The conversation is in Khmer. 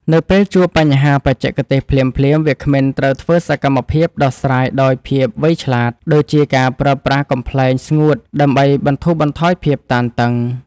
នៅពេលជួបបញ្ហាបច្ចេកទេសភ្លាមៗ វាគ្មិនត្រូវធ្វើសកម្មភាពដោះស្រាយដោយភាពវៃឆ្លាត ដូចជាការប្រើប្រាស់កំប្លែងស្ងួតដើម្បីបន្ធូរបន្ថយភាពតានតឹង។